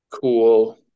cool